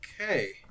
Okay